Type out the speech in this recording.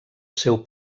seu